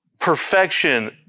perfection